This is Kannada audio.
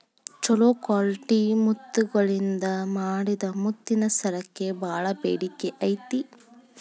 ಚೊಲೋ ಕ್ವಾಲಿಟಿ ಮುತ್ತಗಳಿಂದ ಮಾಡಿದ ಮುತ್ತಿನ ಸರಕ್ಕ ಬಾಳ ಬೇಡಿಕೆ ಐತಿ